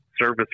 service